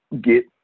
get